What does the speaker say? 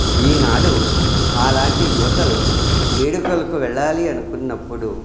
ఈనాడు మాలాంటి యువతలు వేడుకలకు వెళ్ళాలి అనుకున్నప్పుడు